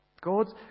God's